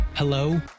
Hello